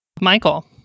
Michael